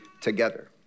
together